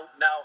now